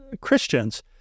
Christians